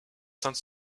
sainte